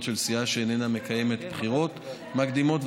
של סיעה שאינה מקיימת בחירות מקדימות,